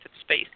space